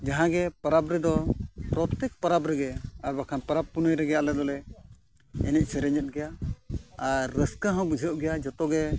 ᱡᱟᱦᱟᱸ ᱜᱮ ᱯᱚᱨᱚᱵᱽ ᱨᱮᱫᱚ ᱯᱨᱚᱛᱛᱮᱠ ᱯᱚᱨᱚᱵᱽ ᱨᱮᱜᱮ ᱟᱨ ᱵᱟᱠᱷᱟᱱ ᱯᱚᱨᱚᱵᱽ ᱯᱩᱱᱟᱹᱭ ᱨᱮᱜᱮ ᱟᱞᱮ ᱫᱚᱞᱮ ᱮᱱᱮᱡ ᱥᱮᱨᱮᱧᱮᱜ ᱜᱮᱭᱟ ᱟᱨ ᱨᱟᱹᱥᱠᱟᱹ ᱦᱚᱸ ᱵᱩᱡᱷᱟᱹᱜ ᱜᱮᱭᱟ ᱡᱚᱛᱚ ᱜᱮ